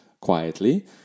quietly